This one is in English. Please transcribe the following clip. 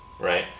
right